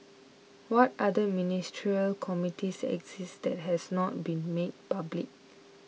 what other ministerial committees exist that has not been made public